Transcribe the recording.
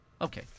Okay